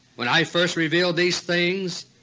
when i first revealed these things,